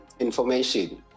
information